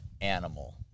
animal